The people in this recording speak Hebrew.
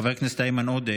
חבר הכנסת איימן עודה,